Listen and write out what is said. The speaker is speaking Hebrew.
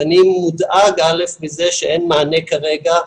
אני מודאג מזה שאין מענה כרגע,